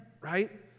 right